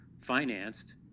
financed